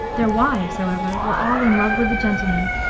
their wives, however, were all in love with the gentlemen,